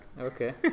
Okay